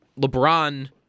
LeBron